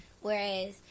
Whereas